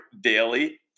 daily